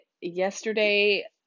yesterday